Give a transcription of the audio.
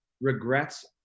regrets